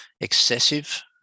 excessive